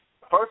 First